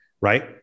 right